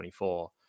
2024